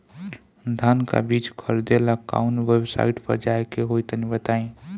धान का बीज खरीदे ला काउन वेबसाइट पर जाए के होई तनि बताई?